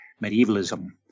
medievalism